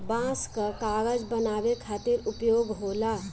बांस कअ कागज बनावे खातिर उपयोग होला